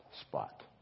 spot